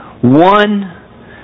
One